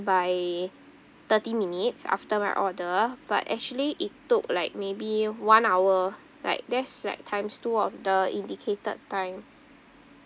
by thirty minutes after my order but actually it took like maybe one hour like that's like times two of the indicated time